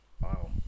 Wow